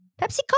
Pepsi